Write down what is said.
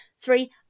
Three